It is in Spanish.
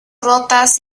rotas